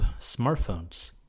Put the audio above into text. smartphones